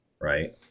right